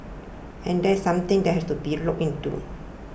and that's something that has to be looked into